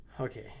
okay